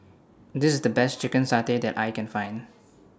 This IS The Best Chicken Satay that I Can Find